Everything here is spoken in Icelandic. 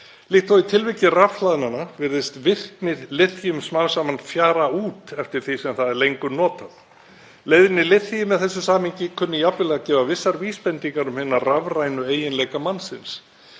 Líkt og í tilviki rafhlaðnanna virðist virkni liþíums smám saman fjara út eftir því sem það er notað lengur. Leiðni liþíums í þessu samhengi kunni jafnvel að gefa vissar vísbendingar um hina rafrænu eiginleika mannsins.